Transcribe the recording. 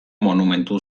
monumentu